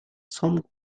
some